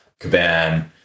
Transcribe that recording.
Caban